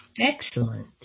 Excellent